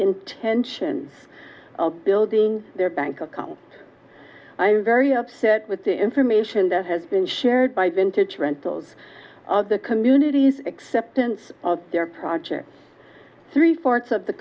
intention of building their bank account i am very upset with the information that has been shared by vintage rentals of the communities acceptance of their projects three fourths of the